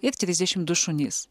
ir trisdešimt du šunys